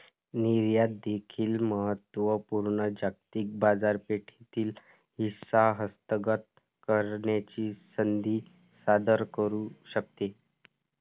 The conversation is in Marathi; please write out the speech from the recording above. निर्यात देखील महत्त्व पूर्ण जागतिक बाजारपेठेतील हिस्सा हस्तगत करण्याची संधी सादर करू शकते